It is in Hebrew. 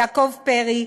יעקב פרי,